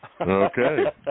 Okay